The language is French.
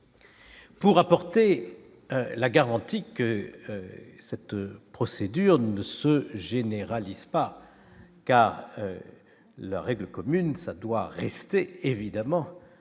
pour apporter la garantie que cette procédure ne se généralise pas car la règle commune, ça doit rester évidemment